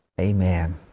Amen